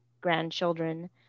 grandchildren